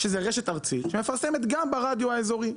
שזאת רשת ארצית שמפרסמת גם ברדיו האזורי.